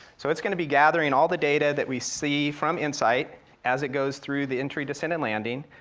so it's gonna be gathering all the data that we see from insight as it goes through the entry, descent, and landing,